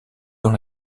dans